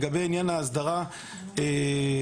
לגבי עניין ההסדרה בחוק,